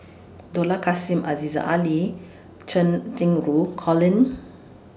Dollah Kassim Aziza Ali Cheng Xinru Colin